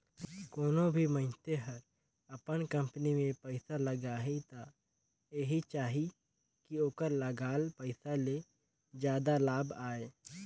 कोनों भी मइनसे हर अपन कंपनी में पइसा लगाही त एहि चाहही कि ओखर लगाल पइसा ले जादा लाभ आये